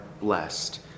blessed